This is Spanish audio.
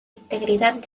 integridad